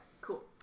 cool